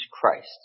Christ